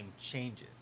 changes